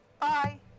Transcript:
Bye